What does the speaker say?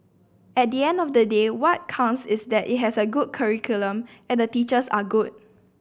at the end of the day what counts is that it has a good curriculum and the teachers are good